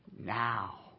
Now